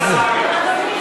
לזרוק,